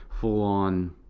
full-on